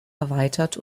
erweitert